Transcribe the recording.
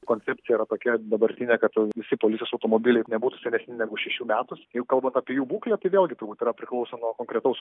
koncepcija yra tokia dabartinė kad visi policijos automobiliai nebūtų senesni negu šešių metų jeigu kalbant apie jų būklę tai vėlgi turbūt yra priklauso nuo konkretaus